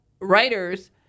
writers